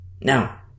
Now